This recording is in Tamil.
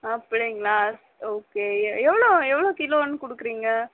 ஆ பிள்ளைங்களா ஓகே எவ்வளோ எவ்வளோ கிலோன்னு கொடுக்குறீங்க